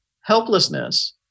helplessness